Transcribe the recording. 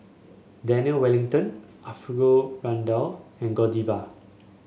Daniel Wellington Alfio Raldo and Godiva